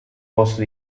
posto